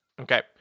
Okay